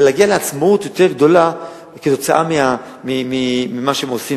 אלא להגיע לעצמאות יותר גדולה כתוצאה ממה שהם עושים,